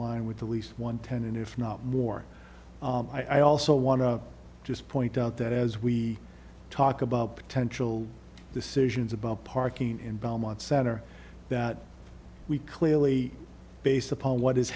line with the lease one tenant if not more i also want to just point out that as we talk about potential decisions about parking in belmont center that we clearly based upon what is